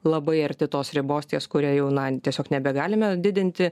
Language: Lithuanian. labai arti tos ribos ties kuria jau na tiesiog nebegalime didinti